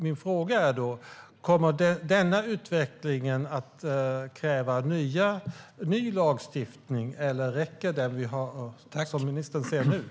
Min fråga är: Kommer den utvecklingen att kräva ny lagstiftning eller räcker den vi har, som ministern ser det nu?